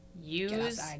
use